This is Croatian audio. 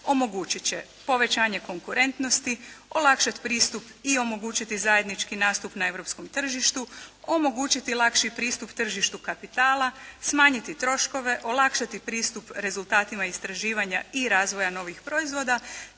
omogućit će povećanje konkurentnosti, olakšati pristup i omogućiti zajednički nastup na europskom tržištu, omogućiti lakši pristup tržištu kapitala, smanjiti troškove, olakšati pristup rezultatima istraživanja i razvoja novih proizvoda